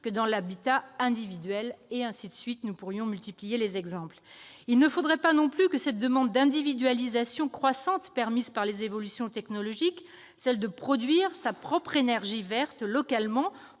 que dans l'habitat individuel. Nous pourrions multiplier les exemples. Il ne faudrait pas non plus que cette demande d'individualisation croissante permise par les évolutions technologiques- pouvoir produire sa propre énergie verte localement